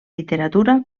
literatura